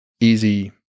easy